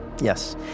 Yes